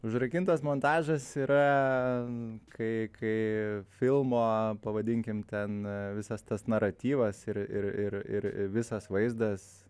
užrakintas montažas yra kai kai filmo pavadinkim ten visas tas naratyvas ir ir ir ir visas vaizdas